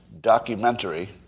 documentary